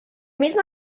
mismo